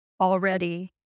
already